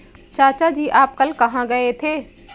चाचा जी आप कल कहां गए थे?